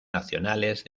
nacionales